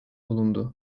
bulundu